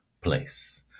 place